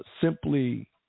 simply